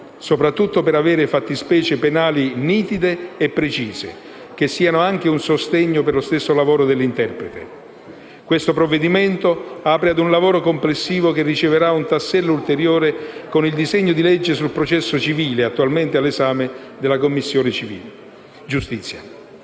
soprattutto per avere fattispecie penali nitide e precise, che siano anche un sostegno per lo stesso lavoro dell'interprete. Il provvedimento in discussione apre a un lavoro complessivo che riceverà un tassello ulteriore con il disegno di legge sul processo civile, attualmente all'esame della Commissione giustizia.